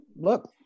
Look